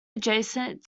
adjacent